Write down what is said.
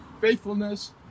faithfulness